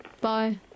Bye